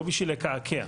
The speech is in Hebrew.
לא בשביל לקעקע.